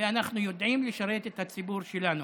ואנחנו יודעים לשרת את הציבור שלנו.